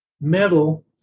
metal